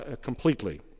completely